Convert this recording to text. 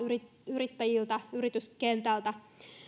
yrittäjiltä yrityskentältä